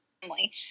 family